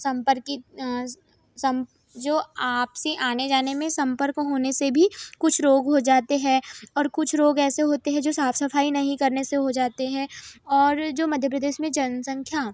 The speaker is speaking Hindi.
सम्पर्क की सम जो आपसी आने जाने में सम्पर्क होने से भी कुछ रोग हो जाते हैं और कुछ रोग ऐसे होते हैं जो साफ सफाई नहीं करने से हो जाते हैं और जो मध्य प्रदेश में जनसंख्या